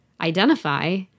Identify